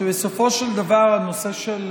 בסופו של דבר, לא רק הנושא של